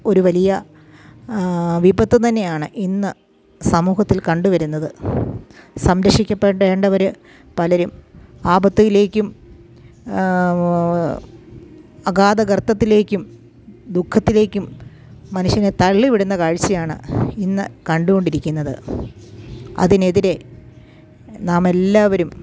ഒരു വലിയ വിപത്ത് തന്നെയാണ് ഇന്ന് സമൂഹത്തിൽ കണ്ടു വരുന്നത് സംരക്ഷിക്കപ്പെടേണ്ടവർ പലരും ആപത്തിലേക്കും അഗാധ ഗർത്തത്തിലേക്കും ദുഃഖത്തിലേക്കും മനുഷ്യനെ തള്ളി വിടുന്ന കാഴ്ചയാണ് ഇന്ന് കണ്ടു കൊണ്ടിരിക്കുന്നത് അതിനെതിരെ നാമെല്ലാവരും